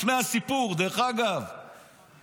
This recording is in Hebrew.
לפני הסיפור של הביפרים,